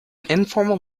informal